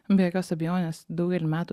be jokios abejonės daugelį metų